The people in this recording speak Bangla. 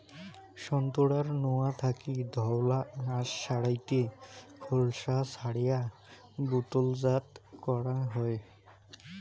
সোন্তোরার নোয়া থাকি ধওলা আশ সারাইতে খোসলা ছারেয়া বোতলজাত করাং হই